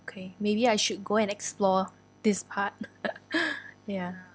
okay maybe I should go and explore this part ya